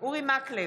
אורי מקלב,